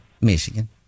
Michigan